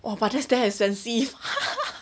!wah! but that's damn expensive